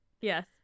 Yes